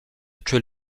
czy